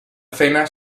cena